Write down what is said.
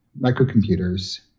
microcomputers